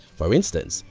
for instance,